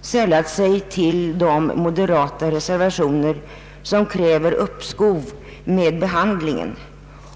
sällat sig till de moderata reservanter som kräver uppskov med behandlingen.